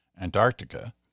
Antarctica